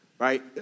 right